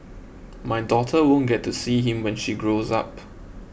my daughter won't get to see him when she grows up